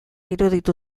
iruditu